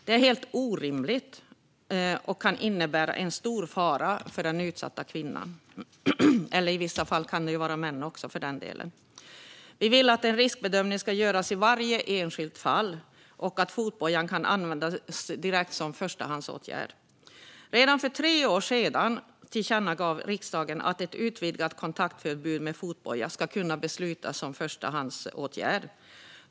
Det är helt orimligt och kan innebära en stor fara för den utsatta kvinnan - eller mannen, för den delen. I vissa fall är det ju män. Vi vill att en riskbedömning ska göras i varje enskilt fall och att fotboja ska kunna användas direkt, som förstahandsåtgärd. Redan för tre år sedan tillkännagav riksdagen att ett utvidgat kontaktförbud med fotboja ska kunna beslutas som förstahandsåtgärd.